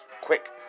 Quick